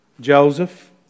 Joseph